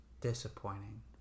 disappointing